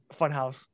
funhouse